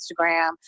Instagram